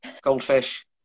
goldfish